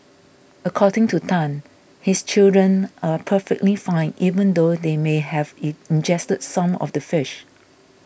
according to Tan his children are perfectly fine even though they may have it ingested some of the fish